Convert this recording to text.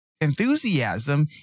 enthusiasm